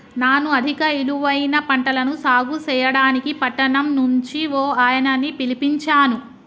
నాను అధిక ఇలువైన పంటలను సాగు సెయ్యడానికి పట్టణం నుంచి ఓ ఆయనని పిలిపించాను